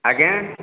ଆଜ୍ଞା